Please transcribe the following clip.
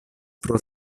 pro